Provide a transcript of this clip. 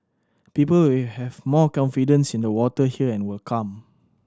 people will have more confidence in the water here and will come